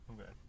Okay